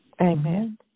Amen